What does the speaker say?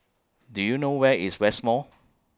Do YOU know Where IS West Mall